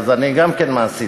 אז אני גם כן מהסדרה,